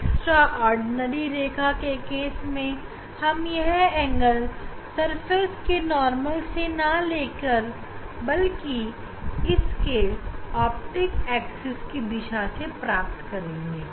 extra ordinary ray के case में हम यह एंगल सरफेस के नॉर्मल से नहीं लेंगे बल्कि इसको ऑप्टिक एक्सिस की दिशा से प्राप्त करेंगे